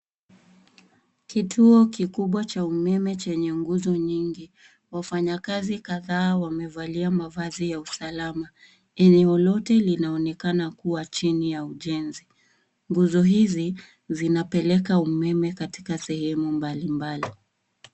Kituo kikubwa cha umeme chenye nguzo nyingi. Wafanyakazi kadhaa wamevalia mavazi ya usalama. Eneo lote linaonekana kuwa chini ya ujenzi. Nguzo hizi zinapeleka umeme katika sehemu mbalimbali.